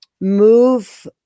move